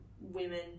women